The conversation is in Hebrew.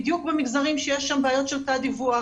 בדיוק במגזרים שיש שם תת דיווח,